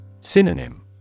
Synonym